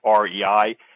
REI